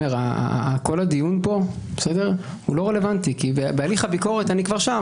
כל הדיון פה לא רלוונטי כי בהליך הביקורת אני כבר שם.